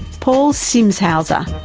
paul simshauser,